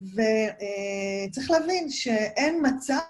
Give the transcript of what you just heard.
וצריך להבין שאין מצב...